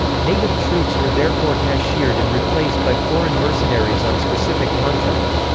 native troops were therefore cashiered and replaced by foreign mercenaries on specific contract.